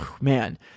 Man